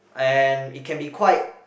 and it can be quite